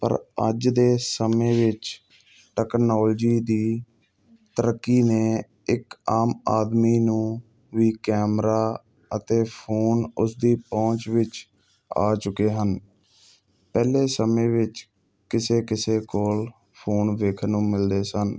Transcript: ਪਰ ਅੱਜ ਦੇ ਸਮੇਂ ਵਿੱਚ ਟੈਕਨੋਲਜੀ ਦੀ ਤਰੱਕੀ ਨੇ ਇੱਕ ਆਮ ਆਦਮੀ ਨੂੰ ਵੀ ਕੈਮਰਾ ਅਤੇ ਫੋਨ ਉਸ ਦੀ ਪਹੁੰਚ ਵਿੱਚ ਆ ਚੁੱਕੇ ਹਨ ਪਹਿਲੇ ਸਮੇਂ ਵਿੱਚ ਕਿਸੇ ਕਿਸੇ ਕੋਲ ਫੋਨ ਵੇਖਣ ਨੂੰ ਮਿਲਦੇ ਸਨ